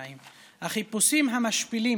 הודעות יחסי ציבור ושיפור תמונת המשטרה,